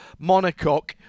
monocoque